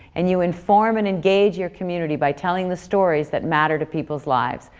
and you inform and engage your community by telling the stories that matter to people's lives.